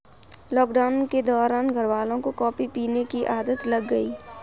lockdown के दौरान घरवालों को कॉफी पीने की आदत लग गई